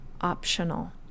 optional